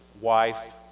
wife